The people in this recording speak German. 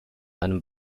einem